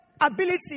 ability